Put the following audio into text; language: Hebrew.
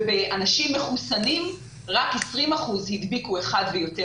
ובאנשים מחוסנים רק 20 אחוזים הדביקו אחד ויותר